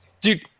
Dude